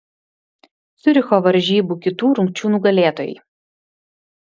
ciuricho varžybų kitų rungčių nugalėtojai